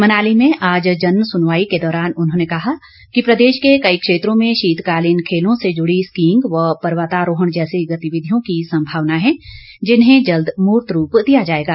मनाली में आज जन सुनवाई के दौरान उन्होंने कहा कि प्रदेश के कई क्षेत्रों में शीतकालीन खेलों से जुडी स्कीईग व पर्वतारोहण जैसी गतिविधियों की सम्भावना है जिन्हें जल्द मूर्त रूप दिया जाएगा